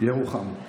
ירוחם.